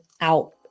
out